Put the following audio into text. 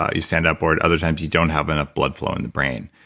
ah you stand up or at other times you don't have enough blood flow in the brain,